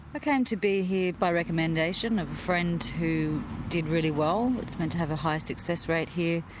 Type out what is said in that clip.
came to be here by recommendation of a friend who did really well, it's meant to have a high success rate here.